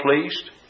pleased